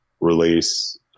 release